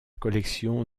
collection